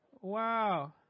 Wow